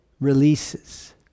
releases